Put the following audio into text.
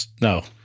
No